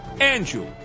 Andrew